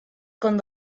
con